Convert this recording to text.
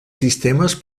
sistemes